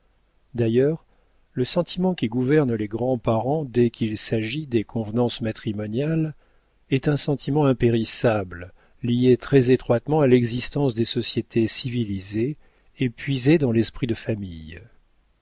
d'ailleurs le sentiment qui gouverne les grands parents dès qu'il s'agit des convenances matrimoniales est un sentiment impérissable lié très étroitement à l'existence des sociétés civilisées et puisé dans l'esprit de famille